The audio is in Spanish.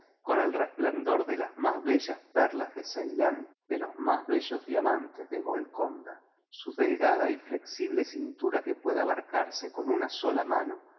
con el resplandor de las más bellas perlas de ceylán de los más bellos diamantes de golconda su delgada y flexible cintura que puede abarcarse con una sola mano